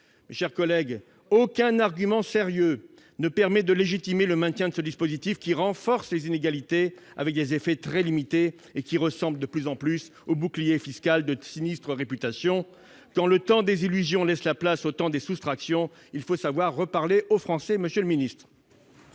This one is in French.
Mes chers collègues, aucun argument sérieux ne permet de légitimer le maintien de ce dispositif, qui renforce les inégalités et ressemble de plus en plus au bouclier fiscal de sinistre mémoire. Quand le temps des illusions laisse la place au temps des soustractions, il faut savoir parler aux Français, monsieur le secrétaire